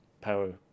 power